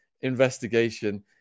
investigation